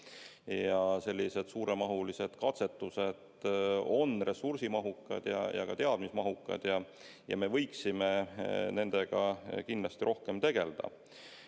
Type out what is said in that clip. Sellised suuremahulised katsetused on ressursimahukad ja teadmismahukad ja me võiksime nendega kindlasti rohkem tegelda.